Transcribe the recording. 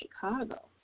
Chicago